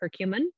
curcumin